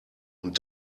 und